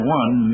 one